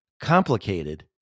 complicated